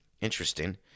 interesting